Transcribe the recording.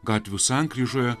gatvių sankryžoje